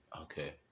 Okay